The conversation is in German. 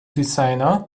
designer